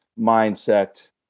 mindset